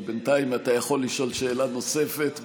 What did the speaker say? אבל בינתיים אתה יכול לשאול שאלה נוספת.